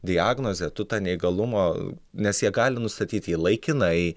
diagnozę tu ta neįgalumo nes jie gali nustatyti jį laikinai